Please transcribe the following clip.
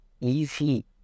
easy